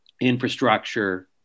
infrastructure